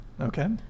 Okay